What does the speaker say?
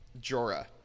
Jorah